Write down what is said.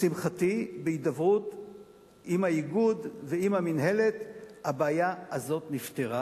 לשמחתי בהידברות עם האיגוד ועם המינהלת הבעיה הזאת נפתרה.